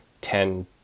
ten